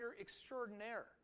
extraordinaire